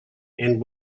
and